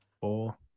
Four